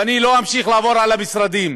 ואני לא אמשיך לעבור על המשרדים,